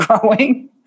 growing